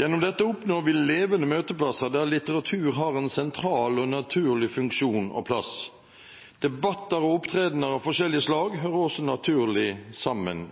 Gjennom dette oppnår vi levende møteplasser der litteratur har en sentral og naturlig funksjon og plass. Debatter og opptredener av forskjellig slag hører også naturlig sammen